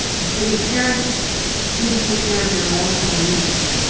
that your parents didn't take care of your emotional needs